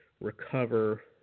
recover